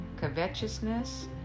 covetousness